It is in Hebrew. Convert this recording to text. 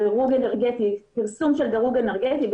פרסום של דירוג אנרגטי,